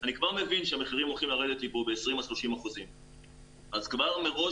אני כבר מבין שהמחירים הולכים לרדת לי פה ב-20% 30%. אז כבר מראש